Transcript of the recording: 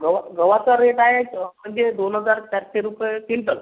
गव्हा गव्हाचा रेट आहे म्हणजे दोन हजार सातशे रुपये क्विंटल